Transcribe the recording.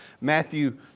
Matthew